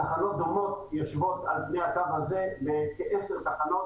תחנות רבות יושבות על פני הקו הזה, כ-10 תחנות.